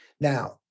Now